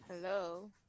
Hello